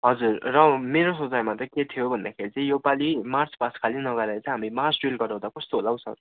हजुर र मेरो सोचाइमा चाहिँ के थियो भन्दाखेरि चाहिँ योपाली मार्चपास्ट खालि नगराएर चाहिँ हामी मार्च ड्रिल गराउँदा कस्तो होला हौ सर